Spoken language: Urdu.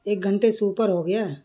ایک گھنٹے سے اوپر ہو گیا ہے